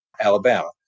Alabama